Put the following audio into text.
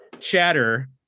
chatter